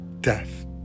death